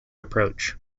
approach